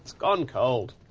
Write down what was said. gone cold.